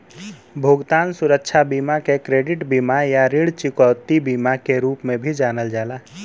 भुगतान सुरक्षा बीमा के क्रेडिट बीमा या ऋण चुकौती बीमा के रूप में भी जानल जाला